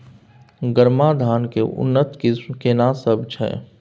गरमा धान के उन्नत किस्म केना सब छै?